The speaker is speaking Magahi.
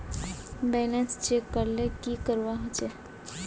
बैलेंस चेक करले की करवा होचे?